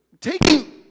taking